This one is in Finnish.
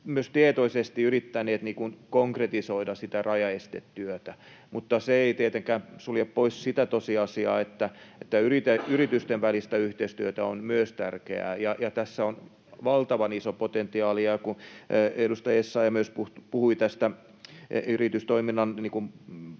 myös tietoisesti yrittäneet konkretisoida sitä rajaestetyötä, mutta se ei tietenkään sulje pois sitä tosiasiaa, että yritysten välinen yhteistyö on myös tärkeää. Tässä on valtavan iso potentiaali. Kun edustaja Essayah puhui myös siitä, mitä